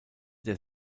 der